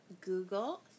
Google